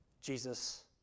Jesus